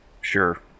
Sure